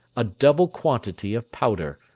a double quantity of powder,